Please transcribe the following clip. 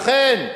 לכן,